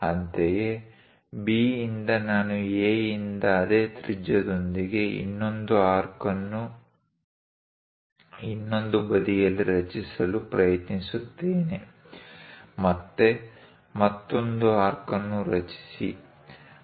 ಅಂತೆಯೇ B ಯಿಂದ ನಾನು A ಯಿಂದ ಅದೇ ತ್ರಿಜ್ಯದೊಂದಿಗೆ ಇನ್ನೊಂದು ಆರ್ಕ್ ಅನ್ನು ಇನ್ನೊಂದು ಬದಿಯಲ್ಲಿ ರಚಿಸಲು ಪ್ರಯತ್ನಿಸುತ್ತೇನೆ ಮತ್ತೆ ಮತ್ತೊಂದು ಆರ್ಕ್ ಅನ್ನು ರಚಿಸಿ